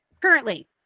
currently